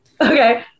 Okay